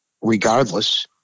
regardless